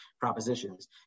propositions